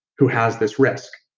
who has this risk.